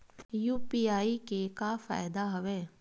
UPI के का फ़ायदा हवय?